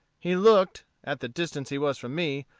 he looked, at the distance he was from me,